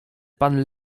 pan